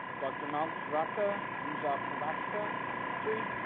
dr. malgorzata rymsza-pawlowska from history,